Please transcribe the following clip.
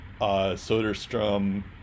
Soderstrom